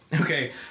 Okay